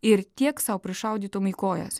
ir tiek sau prišaudytum į kojas